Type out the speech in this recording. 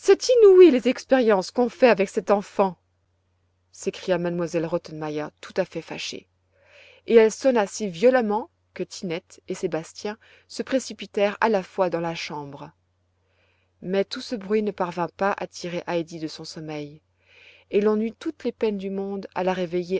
les expériences qu'on fait avec cette enfant s'écria m elle rottenmeier tout à fait fâchée et elle sonna si violemment que tinette et sébastien se précipitèrent à la fois dans la chambre mais tout ce bruit ne parvint pas à tirer heidi de son sommeil et l'on eut toutes les peines du monde à la réveiller